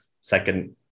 second